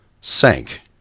sank